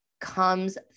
comes